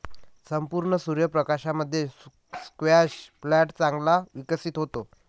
संपूर्ण सूर्य प्रकाशामध्ये स्क्वॅश प्लांट चांगला विकसित होतो